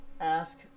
ask